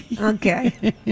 Okay